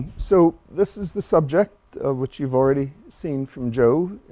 so this is the subject of which you've already seen from joe.